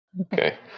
Okay